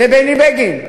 זה בני בגין.